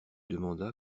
demanda